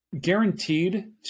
guaranteed